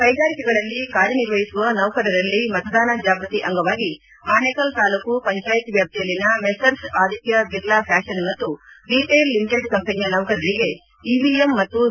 ಕೈಗಾರಿಕೆಗಳಲ್ಲಿ ಕಾರ್ಯನಿರ್ವಹಿಸುವ ನೌಕರರಲ್ಲಿ ಮತದಾನ ಜಾಗೃತಿ ಅಂಗವಾಗಿ ಆನೇಕಲ್ ತಾಲೂಕು ಪಂಚಾಯತ್ ವ್ಯಾಪ್ತಿಯಲ್ಲಿನ ಮೆಸರ್ಸ್ ಆದಿತ್ತ ಬಿರ್ಲಾ ಫ್ಯಾಷನ್ ಮತ್ತು ರಿಟ್ಟೆಲ್ ಲಿಮಿಟೆಡ್ ಕಂಪನಿಯ ನೌಕರರಿಗೆ ಇವಿಎಂ ಮತ್ತು ವಿ